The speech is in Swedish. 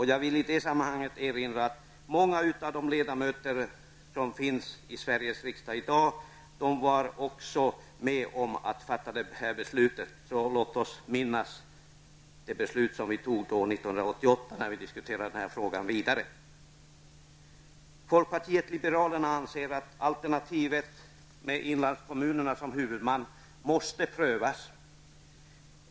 Jag vill i det sammanhanget erinra om att många av de ledamöter som finns i Sveriges riksdag i dag också var med om att fatta det här beslutet. Låt oss alltså minnas det beslut vi fattade 1988 när vi nu diskuterar den här frågan vidare. Folkpartiet liberalerna anser att alternativet med inlandskommunerna som huvudman måste prövas.